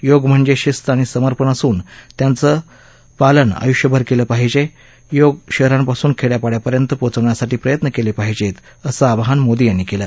योग म्हणजे शिस्त आणि सर्मपण असून त्याचं पालन आयुष्यभर केलं पाहिजे योग शहरांपासून खेड्या पाड्यांपर्यंत पोचवण्यासाठी प्रयत्न केले पाहिजेत असं आवाहन मोदी यांनी केलं